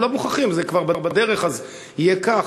לא מוכרחים, זה כבר בדרך, אז יהיה כך.